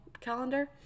calendar